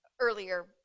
earlier